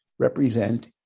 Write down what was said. represent